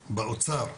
באוצר,